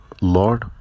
Lord